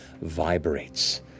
vibrates